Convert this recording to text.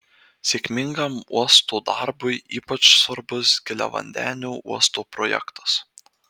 sėkmingam uosto darbui ypač svarbus giliavandenio uosto projektas